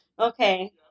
Okay